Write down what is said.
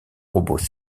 robot